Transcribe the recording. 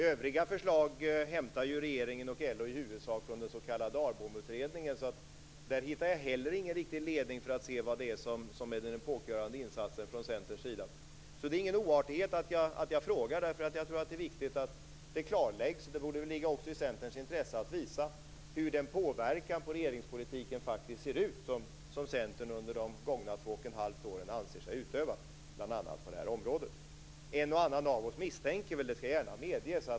Övriga förslag hämtade regeringen och LO i huvudsak från den s.k. ARBOM-utredningen. Där hittar jag heller ingen riktig ledning för att se vilken den epokgörande insatsen från Centerns sida är. Det är ingen oartighet att jag frågar, därför att jag tror att det är viktigt att det klarläggs. Det borde ligga också i Centerns intresse att visa hur den påverkan på regeringspolitiken faktiskt ser ut som Centern under de gångna 2 1⁄2 åren anser sig ha utövat bl.a. på det här området.